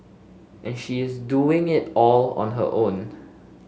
and she is doing it all on her own